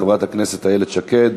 חברת הכנסת איילת שקד.